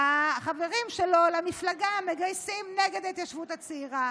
והחברים שלו למפלגה מגייסים נגד ההתיישבות הצעירה.